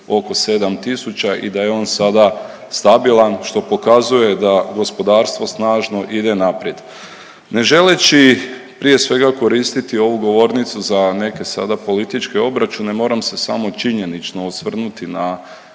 oko 7 tisuća i da je on sada stabilan, što pokazuje da gospodarstvo snažno ide naprijed. Ne želeći prije svega, koristiti ovu govornicu za neke sada političke obračune, moram se samo činjenično osvrnuti na